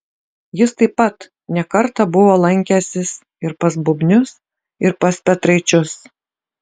jis taip pat ne kartą buvo lankęsis ir pas bubnius ir pas petraičius